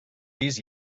pis